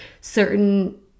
certain